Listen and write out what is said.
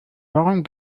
warum